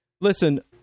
listen